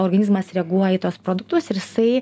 organizmas reaguoja į tuos produktus ir jisai